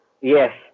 yes